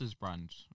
brand